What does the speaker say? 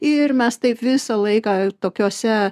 ir mes taip visą laiką tokiose